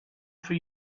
for